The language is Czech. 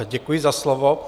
Děkuji za slovo.